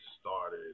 started